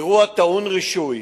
אירוע טעון רישוי